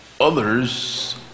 others